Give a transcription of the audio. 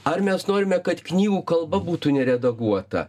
ar mes norime kad knygų kalba būtų neredaguota